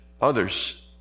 Others